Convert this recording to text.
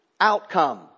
outcome